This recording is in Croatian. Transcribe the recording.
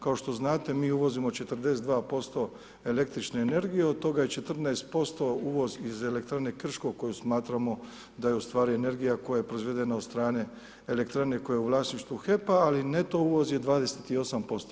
Kao što znate, mi uvozimo 42% električne energije, do toga je 14% uvoz iz elektrane Krško koju smatramo da je ustvari energija koja je proizvedena od strane elektrane koja u vlasništvu HEP-a ali neto uvoz je 28%